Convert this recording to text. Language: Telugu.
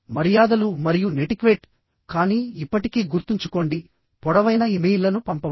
మర్యాదలు మరియు నెటిక్వేట్ కానీ ఇప్పటికీ గుర్తుంచుకోండి పొడవైన ఇమెయిల్లను పంపవద్దు